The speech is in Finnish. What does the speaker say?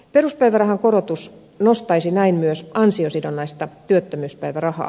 peruspäivärahan korotus nostaisi näin myös ansiosidonnaista työttömyyspäivärahaa